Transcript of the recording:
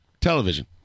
Television